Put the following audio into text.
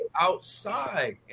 outside